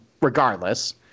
regardless